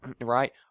right